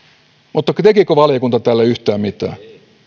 mutta tekikö valiokunta tälle yhtään mitään